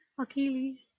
Achilles